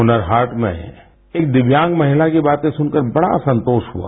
हुनर हाट में एक दिव्यांग महिला की बातें सुनकर बड़ा संतोष हुआ